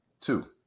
Two